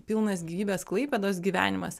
pilnas gyvybės klaipėdos gyvenimas